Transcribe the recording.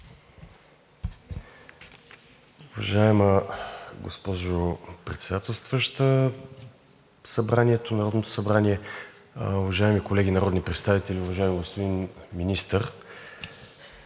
Уважаема госпожо Председателстваща Народното събрание, уважаеми колеги народни представители, уважаеми господин Министър!